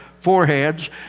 foreheads